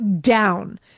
down